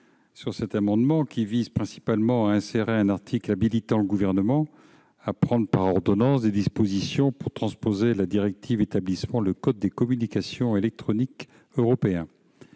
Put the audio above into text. ... Cet amendement vise principalement à insérer un article additionnel habilitant le Gouvernement à prendre par ordonnance des dispositions pour transposer la directive établissant le code des communications électroniques européen.